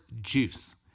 Juice